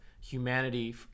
humanity